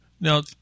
Now